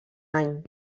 any